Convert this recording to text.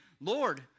Lord